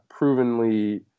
provenly